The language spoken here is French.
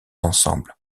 ensemble